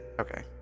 Okay